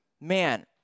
man